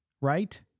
right